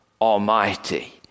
Almighty